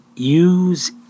Use